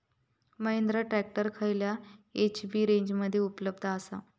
Mahindra tractor खयल्या HP रेंजमध्ये उपलब्ध आसा?